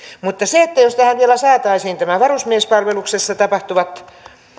mutta se olisi hyvä jos tähän vielä saataisiin varusmiespalveluksessa tapahtuvat